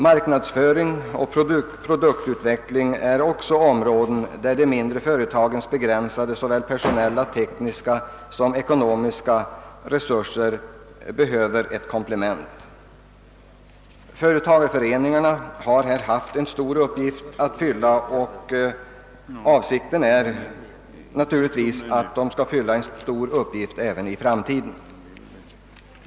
Marknadsföring och produktutveckling är också områden på vilka de mindre företagens begränsade såväl personella som tekniska och ekonomiska resurser behöver ett komplement. Företagareföreningarna har härvidlag haft en stor uppgift att fylla, och avsikten är naturligtvis att de skall fylla en stor uppgift även i framtiden.